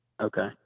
Okay